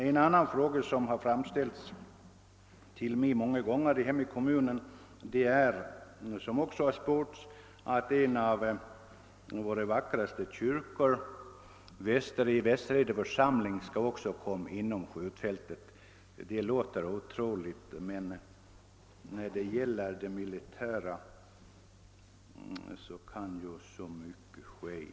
En annan fråga som många gånger framställts till mig i den berörda kommunen är, såsom också sports, huruvida en av de vackraste kyrkorna, den i Västerhejde församling, kommer att hamna innanför det utvidgade skjutfältet. Detta låter otroligt, men i militära sammanhang kan ju så mycket inträffa.